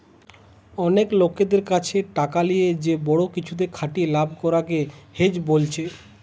অনেক লোকদের কাছে টাকা লিয়ে যে বড়ো কিছুতে খাটিয়ে লাভ করা কে হেজ বোলছে